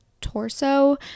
torso